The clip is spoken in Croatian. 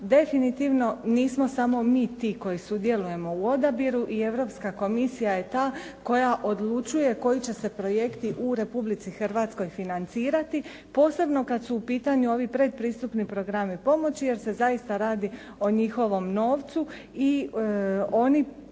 definitivno nismo samo mi ti koji sudjelujemo u odabiru. I Europska komisija je ta koja odlučuje koji će se projekti u Republici Hrvatskoj financirati, posebno kad su u pitanju ovi predpristupni programi pomoći jer se zaista radi o njihovom novcu i oni utvrđuju